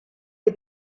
des